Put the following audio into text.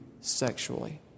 sexually